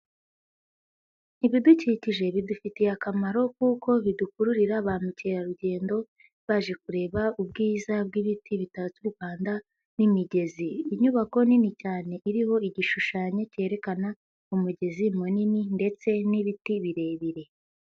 Ibidukikije bidufitiye akamaro kuko bidukururira ba mukerarugendo baje kureba ubwiza bw'ibiti bitatse u Rwanda n'imigezi, inyubako nini cyane iriho igishushanyo cyerekana umugezi munini ndetse n'ibiti birebire.